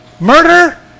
Murder